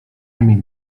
emil